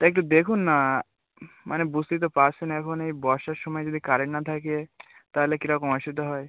একটু দেখুন না মানে বুঝতেই তো পারছেন এখন এই বর্ষার সময় যদি কারেন্ট না থাকে তাহলে কীরকম অসুবিধা হয়